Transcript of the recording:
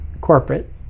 corporate